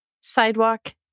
Sidewalk